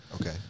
Okay